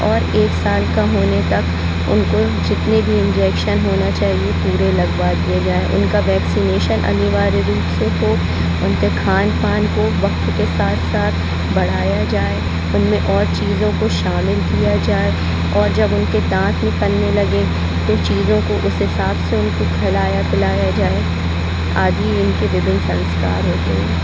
और एक साल का होने तक उनको जितने भी इंजेक्शन होना चाहिए पूरे लगवा दिया जाएं उनका वेक्सीनेशन अनिवार्य रूप से हो उनके खान पान को वक़्त के साथ साथ बढ़ाया जाए उनमें और चीज़ों को शामिल किया जाए और जब उनके दांत निकलने लगे तो चीज़ों को साफ़ सुथरा करके खिलाया पिलाया जाए आदि उनके विभिन्न संस्कार होते हैं